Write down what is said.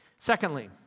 Secondly